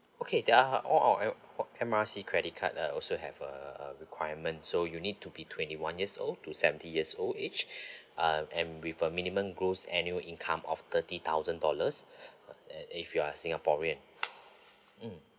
okay there're~ on our m~ M R C credit card uh also have uh a requirement so you need to be twenty one years old to seventy years old age uh and with a minimum gross annual income of thirty thousand dollars and if you are singaporean mm